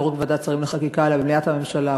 לא רק בוועדת שרים לחקיקה אלא במליאת הממשלה.